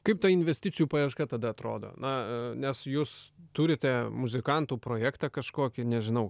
kaip ta investicijų paieška tada atrodo na nes jūs turite muzikantų projektą kažkokį nežinau